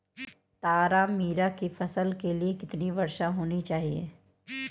तारामीरा की फसल के लिए कितनी वर्षा होनी चाहिए?